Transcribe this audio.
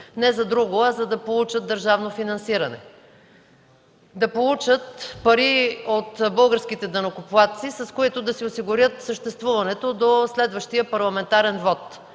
не за друго, а за да получат държавно финансиране, да получат пари от българските данъкоплатци, с които да си осигурят съществуването до следващия парламентарен вот.